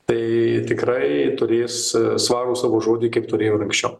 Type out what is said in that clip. tai tikrai turės svarų savo žodį kaip turėjo ir anksčiau